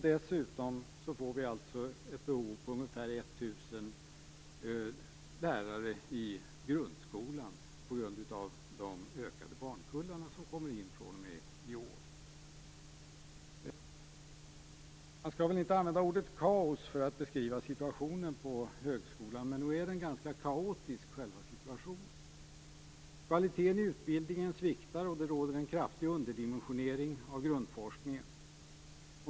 Dessutom behövs det ca 1 000 lärare i grundskolan till följd av de stora barnkullarna som i år börjar grundskolan. Man skall väl inte använda ordet kaos för att beskriva situationen på högskolan, men nog är den ganska kaotisk. Kvaliteten i utbildningen sviktar och det råder en kraftig underdimensionering av grundforskningen.